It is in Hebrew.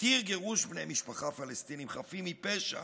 התיר גירוש בני משפחה פלסטיניים חפים מפשע,